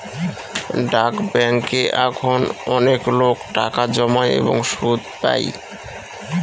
ডাক ব্যাঙ্কে এখন অনেকলোক টাকা জমায় এবং সুদ পাই